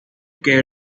que